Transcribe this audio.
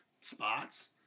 spots